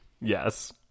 Yes